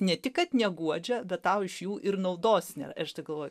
ne tik kad neguodžia bet tau iš jų ir naudos nėra ir aš taip galvoju